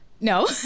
no